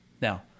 Now